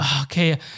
okay